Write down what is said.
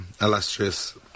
illustrious